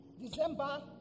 December